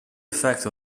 effect